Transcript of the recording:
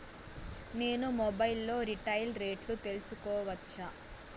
నేను మొబైల్ లో రీటైల్ రేట్లు తెలుసుకోవచ్చా?